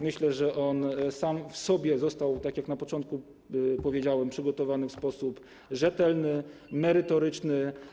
Myślę, że on sam w sobie został - na początku to powiedziałem - przygotowany w sposób rzetelny, merytoryczny.